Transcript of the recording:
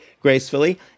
gracefully